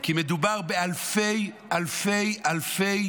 כי מדובר באלפי אלפי אלפי